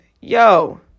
Yo